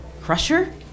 Crusher